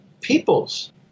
peoples